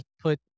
put